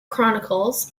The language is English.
chronicles